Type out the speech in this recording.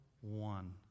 one